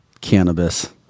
cannabis